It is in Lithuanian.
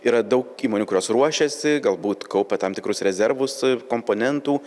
yra daug įmonių kurios ruošiasi galbūt kaupia tam tikrus rezervus komponentų